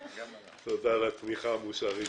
הצבעה בעד, 1 נגד,